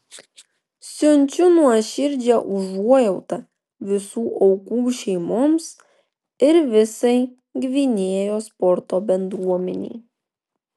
siunčiu nuoširdžią užuojautą visų aukų šeimoms ir visai gvinėjos sporto bendruomenei